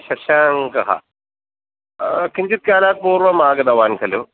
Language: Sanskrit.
शशाङ्कः किञ्चित् कालात् पूर्वमागतवान् खलु